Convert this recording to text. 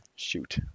shoot